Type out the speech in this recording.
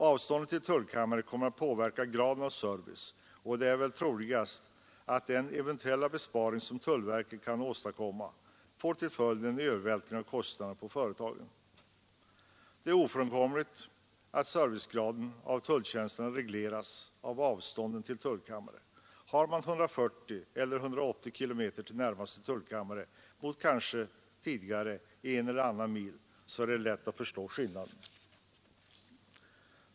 Avståndet till tullkammare kommer att påverka graden av service, och det är väl troligast att den eventuella besparing som tullverket kan åstadkomma får till följd en övervältring av kostnaderna på företaget. Det är ofrånkomligt att servicegraden i fråga om tulltjänsterna regleras av avstånden till tullkammare. Har man 140 eller 180 km till närmaste tullkammare mot kanske tidigare en eller annan mil, så är det lätt att förstå skillnaderna.